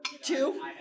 two